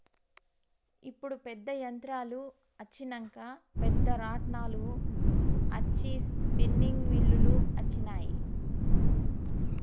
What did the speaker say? ఇప్పుడు పెద్ద యంత్రాలు అచ్చినంక పెద్ద రాట్నాలు అచ్చి స్పిన్నింగ్ మిల్లులు అచ్చినాయి